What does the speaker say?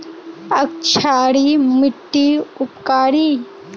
क्षारी मिट्टी उपकारी?